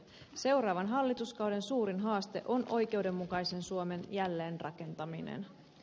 seuraavan hallituskauden suurin haaste on oikeudenmukaisen suomen jälleenrakentaminen